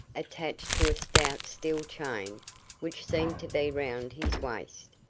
attached to a stout steel chain which seemed to be round his waist,